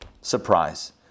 surprise